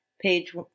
page